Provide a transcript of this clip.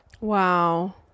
wow